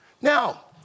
Now